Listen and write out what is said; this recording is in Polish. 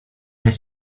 jest